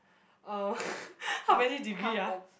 uh how many degree ah